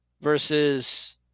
versus